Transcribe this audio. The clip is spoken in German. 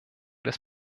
des